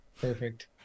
Perfect